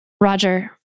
Roger